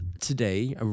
today